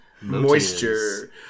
Moisture